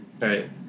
Right